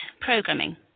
programming